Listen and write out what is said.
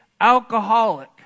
alcoholic